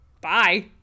bye